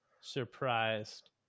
surprised